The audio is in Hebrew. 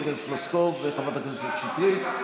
פלוסקוב וחברת הכנסת שטרית.